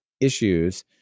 issues